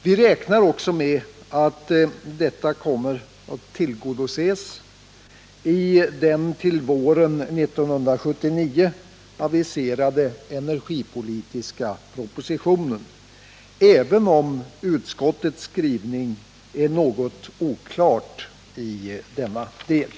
Vi räknar med att detta behov också kommer att tillgodoses i den till våren 1979 aviserade energipolitiska propositionen, även om utskottets skrivning är något oklar i denna del.